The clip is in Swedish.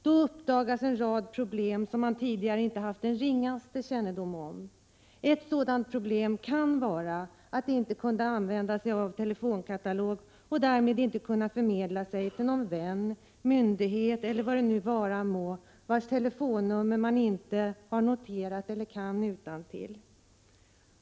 Då uppdagas nämligen en rad problem som man tidigare inte har haft den ringaste kännedom om. Ett problem kan vara att man inte kan använda sig av telefonkatalogen och därmed inte kan förmedla sig med en vän, en myndighet eller vad det nu vara må, vars telefonnummer man inte har noterat eller kan utantill.